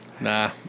Nah